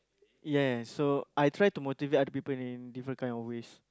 yes so I try to motivate other people in different kind of ways